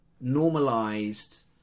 normalized